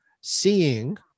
seeing